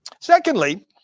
Secondly